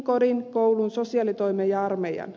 kodin koulun sosiaalitoimen ja armeijan